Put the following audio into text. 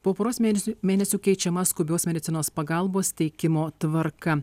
po poros mėnesių mėnesių keičiama skubios medicinos pagalbos teikimo tvarka